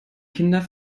kinder